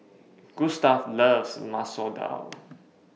Gustaf loves Masoor Dal